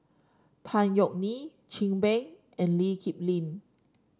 Tan Yeok Nee Chin Peng and Lee Kip Lin